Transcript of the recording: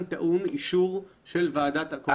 בהצעת חוק לתיקון ולקיום תוקפן של תקנות שעת חירום (נגיף הקורונה